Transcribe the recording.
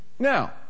Now